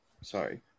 Sorry